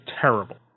terrible